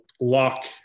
lock